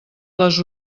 les